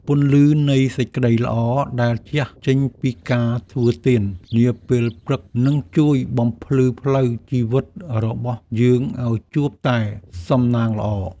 ពន្លឺនៃសេចក្ដីល្អដែលជះចេញពីការធ្វើទាននាពេលព្រឹកនឹងជួយបំភ្លឺផ្លូវជីវិតរបស់យើងឱ្យជួបតែសំណាងល្អ។